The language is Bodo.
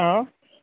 हा